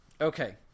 Okay